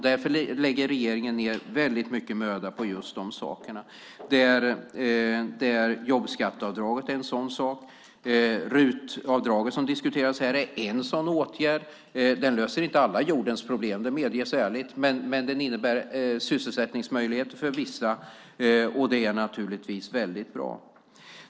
Därför lägger regeringen ned mycket möda på just dessa saker. Jobbskatteavdraget är en sådan sak. RUT-avdraget som diskuteras här är en sådan åtgärd. Det löser inte alla jordens problem. Det medger jag ärligt. Men det innebär sysselsättningsmöjligheter för vissa, och det är naturligtvis bra.